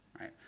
right